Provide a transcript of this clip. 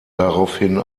daraufhin